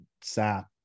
sap